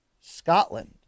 Scotland